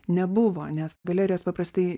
nebuvo nes galerijos paprastai